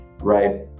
right